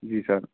जी sir